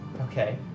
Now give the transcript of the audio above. Okay